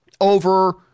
over